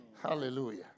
Hallelujah